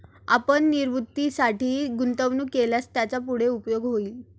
आपण निवृत्तीसाठी गुंतवणूक केल्यास त्याचा पुढे उपयोग होईल